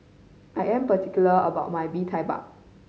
I am particular about my Bee Tai Mak